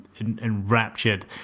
enraptured